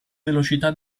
velocità